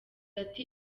ati